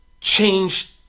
change